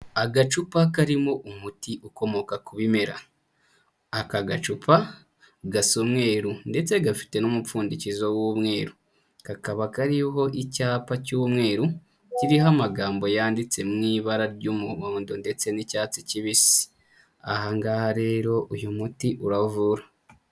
Agacupa karimo umuti ukomoka ku bimera. Aka gacupa gasa umweru ndetse gafite n'umupfundikizo w'umweru, kakaba kariho icyapa cy'umweru kiriho amagambo yanditse mu ibara ry'umuhondo ndetse n'icyatsi kibisi, ahangaha rero uyu muti uravura.